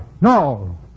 no